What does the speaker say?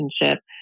relationship